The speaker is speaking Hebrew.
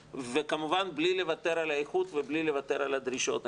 וכמובן בלי לוותר על האיכות ובלי לוותר על הדרישות.